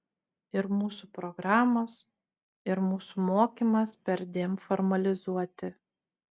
ir mūsų programos ir mūsų mokymas perdėm formalizuoti